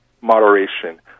moderation